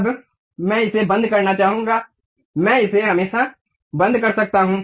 अब मैं इसे बंद करना चाहूंगा मैं इसे हमेशा बंद कर सकता हूं